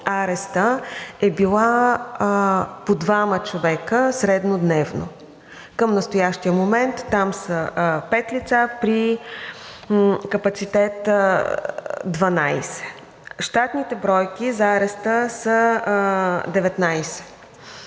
ареста е била по двама човека среднодневно. Към настоящия момент там са пет лица при капацитет 12. Щатните бройки за ареста са 19,